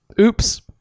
Oops